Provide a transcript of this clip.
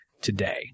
today